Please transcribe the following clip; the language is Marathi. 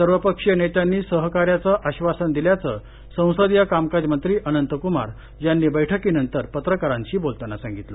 सर्व पक्षीय नेत्यांनी सहकार्याचं आश्वासन दिल्याचं संसदीय कामकाजमंत्री अनंतकुमार यांनी बैठकीनंतर पत्रकारांशी बोलताना सांगितलं